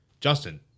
Justin